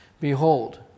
Behold